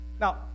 Now